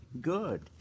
Good